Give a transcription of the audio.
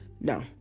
No